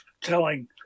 telling